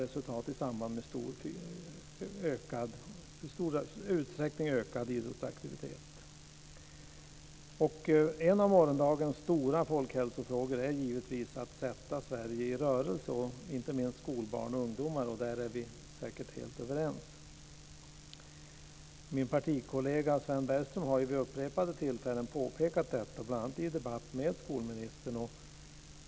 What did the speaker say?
En av morgondagens stora folkhälsofrågor är givetvis att sätta Sverige i rörelse, inte minst skolbarn och ungdomar. Där är vi säkert helt överens. Min partikollega Sven Bergström har vid upprepade tillfällen påpekat detta, bl.a. i debatt med skolministern.